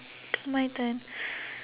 my turn